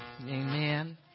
Amen